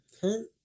Kurt